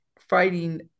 fighting